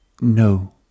no